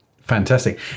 Fantastic